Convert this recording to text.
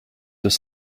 deux